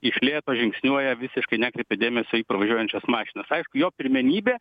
iš lėto žingsniuoja visiškai nekreipia dėmesio pravažiuojančias mašinas aišku jo pirmenybė